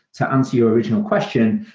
to answer your original question,